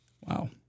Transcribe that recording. Wow